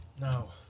No